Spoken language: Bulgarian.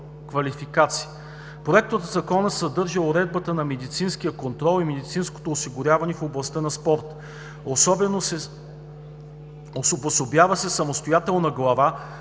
квалификация. Проектозаконът съдържа уредбата на медицинския контрол и медицинското осигуряване в областта на спорта. Обособява се самостоятелна глава,